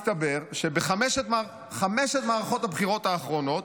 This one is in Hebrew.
מסתבר שבחמש מערכות הבחירות האחרונות,